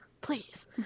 please